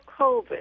COVID